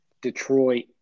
Detroit